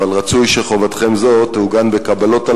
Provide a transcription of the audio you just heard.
אבל רצוי שחובתכם זו תעוגן בקבלות על